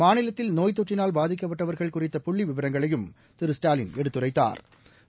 மாநிலத்தில் நோய்த்தொற்றினால் பாதிக்கப்பட்டவர்கள் குறித்த புள்ளிவிவரங்களையும் திரு ஸ்டாலின் எடுத்துரைத்தாா்